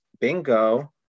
bingo